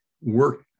work